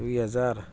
দুই হেজাৰ